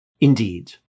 Indeed